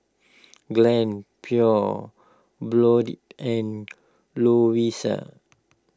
Glad Pure Blonde and Lovisa